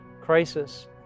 Crisis